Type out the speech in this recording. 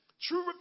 True